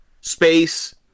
space